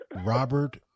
Robert